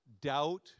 Doubt